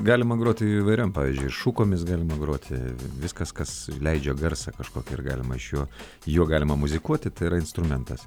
galima groti įvairiom pavyzdžiui šukomis galima groti viskas kas leidžia garsą kažkokį ar galima iš jo juo galima muzikuoti tai yra instrumentas